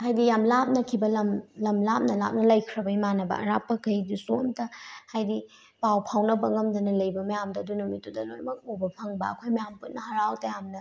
ꯍꯥꯏꯗꯤ ꯌꯥꯝ ꯂꯥꯞꯅꯈꯤꯕ ꯂꯝ ꯂꯝ ꯂꯥꯞꯅ ꯂꯥꯞꯅ ꯂꯩꯈ꯭ꯔꯕ ꯏꯃꯥꯟꯅꯕ ꯑꯔꯥꯞꯄꯈꯩꯗꯨꯁꯨ ꯑꯝꯇ ꯍꯥꯏꯗꯤ ꯄꯥꯎ ꯐꯥꯎꯅꯕ ꯉꯝꯗꯅ ꯂꯩꯕ ꯃꯌꯥꯝꯗꯣ ꯑꯗꯨ ꯅꯨꯃꯤꯠꯇꯨꯗ ꯂꯣꯏꯅꯃꯛ ꯎꯕ ꯐꯪꯕ ꯑꯩꯈꯣꯏ ꯃꯌꯥꯝꯄꯨꯟꯅ ꯍꯔꯥꯎ ꯇꯌꯥꯝꯅ